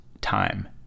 time